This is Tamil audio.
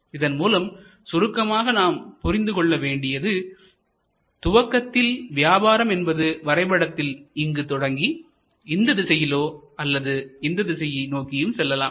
இதன் மூலம் சுருக்கமாக நாம் புரிந்து கொள்ள வேண்டியது துவக்கத்தில் வியாபாரம் என்பது வரைபடத்தில் இங்கு தொடங்கி இந்த திசையிலோ அல்லது இந்த திசையை நோக்கியும் செல்லலாம்